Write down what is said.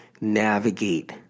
navigate